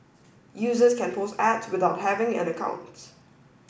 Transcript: users can post ads without having an account